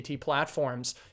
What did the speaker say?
platforms